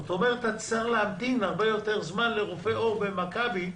זאת אומרת שתצטרך להמתין הרבה יותר זמן לרופא עור במכבי,